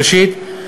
ראשית,